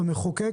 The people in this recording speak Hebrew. המחוקק,